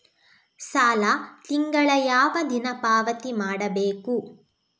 ಸಾಲ ತಿಂಗಳ ಯಾವ ದಿನ ಪಾವತಿ ಮಾಡಬೇಕು?